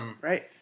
right